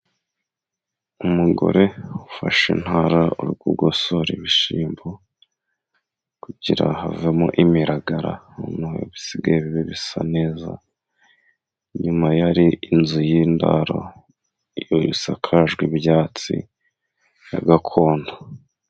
Umugore ufashe intara ari kugosora ibishyimbo, kugira havemo imiragara, noneho ibisigaye bibe bisa neza, inyuma yari inzu y'indaro, iyo isakajwe ibyatsi ya gakondo.